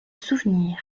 souvenir